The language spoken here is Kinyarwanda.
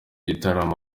gitaramo